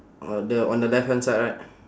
uh the on the left hand side right